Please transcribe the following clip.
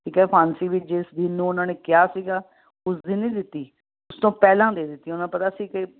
ਠੀਕ ਹੈ ਫਾਂਸੀ ਵੀ ਜਿਸ ਦਿਨ ਨੂੰ ਉਹਨਾਂ ਨੇ ਕਿਹਾ ਸੀਗਾ ਉਸ ਦਿਨ ਨਹੀਂ ਦਿੱਤੀ ਉਸ ਤੋਂ ਪਹਿਲਾਂ ਦੇ ਦਿੱਤੀ ਉਹਨਾਂ ਪਤਾ ਸੀ ਕਿ